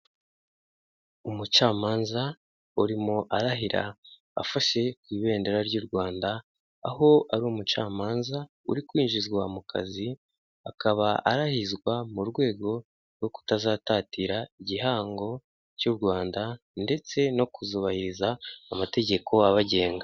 Umucamanza urimo arahira afashe ku ibendera ry'u Rwanda aho ari umucamanza uri kwinjizwa mu kazi, akaba arahizwa mu rwego rwo kutazatatira igihango cy'u Rwanda ndetse no kuzubahiriza amategeko abagenga.